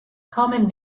common